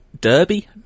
Derby